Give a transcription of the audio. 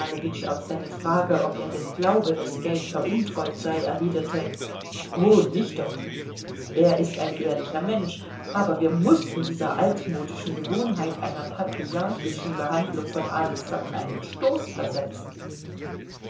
auf seine frage ob er denn glaube daß geld veruntreut sei erwiderte oh nicht doch er ist ein ehrlicher mensch aber wir mußten dieser altmodischen gewohnheit einer patriarchalischen behandlung von adelssachen einen stoß versetzen